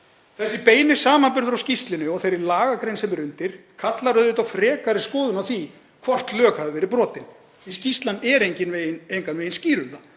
Þessi beini samanburður á skýrslunni og þeirri lagagrein sem er undir kallar auðvitað á frekari skoðun á því hvort lög hafi verið brotin því skýrslan er engan veginn skýr um það,